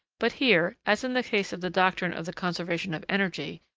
but here, as in the case of the doctrine of the conservation of energy,